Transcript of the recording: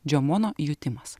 džiomono jutimas